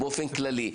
באופן כללי,